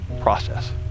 process